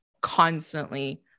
constantly